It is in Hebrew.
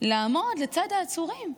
לעמוד לצד העצורים,